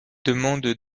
demande